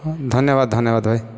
ଧନ୍ୟବାଦ ଧନ୍ୟବାଦ ଭାଇ